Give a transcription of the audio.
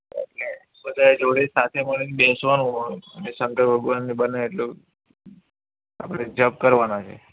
એટલે બધાએ જોડે સાથે મળીને બેસવાનું હોય અને શંકર ભગવાનને બને એટલું આપણે જપ કરવાના છે